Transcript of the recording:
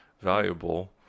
valuable